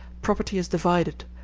property is divided,